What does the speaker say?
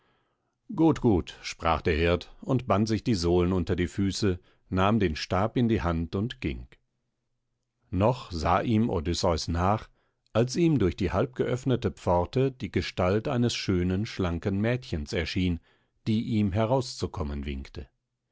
gut gut sprach der hirt und band sich die sohlen unter die füße nahm dann den stab in die hand und ging noch sah ihm odysseus nach als ihm durch die halbgeöffnete pforte die gestalt eines schönen schlanken mädchens erschien die ihm herauszukommen winkte